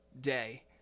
day